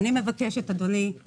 אני מבקשת אדוני היושב ראש,